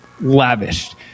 lavished